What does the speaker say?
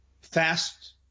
fast